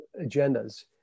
agendas